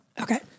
Okay